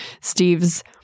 Steve's